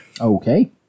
Okay